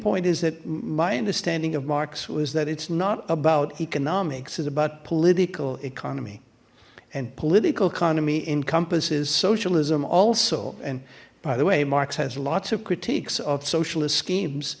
point is that my understanding of marx was that it's not about economics it's about political economy and political economy encompasses socialism also and by the way marx has lots of critiques of socialist schemes